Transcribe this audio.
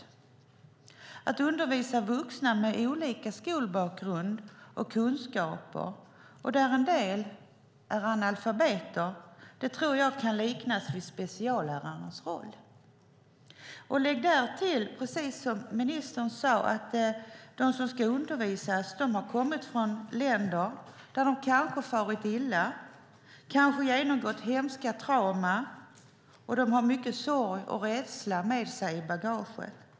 Jag tror att det kan liknas vid speciallärarens roll att undervisa vuxna med olika skolbakgrund och kunskaper, där en del är analfabeter. Lägg därtill, precis som ministern sade, att de som ska undervisas har kommit från länder där de kanske farit illa. De har kanske genomgått hemska trauman och har mycket sorg och rädsla med sig i bagaget.